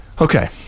Okay